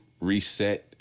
reset